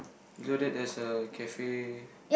before that there is a cafe